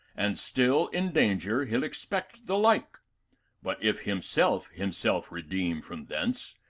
and still, in danger, he'll expect the like but if himself himself redeem from thence,